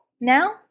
now